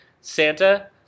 Santa